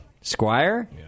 Squire